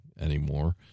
anymore